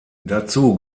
dazu